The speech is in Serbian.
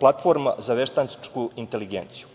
platforma za veštačku inteligenciju.